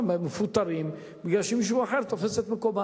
מפוטרים מפני שמישהו אחר תופס את מקומם.